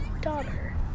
daughter